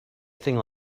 thing